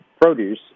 produce